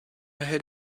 had